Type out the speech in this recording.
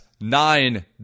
nine